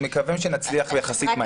מקווים שנצליח יחסית מהר.